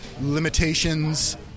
limitations